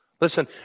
Listen